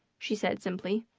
she said simply.